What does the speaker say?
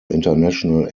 international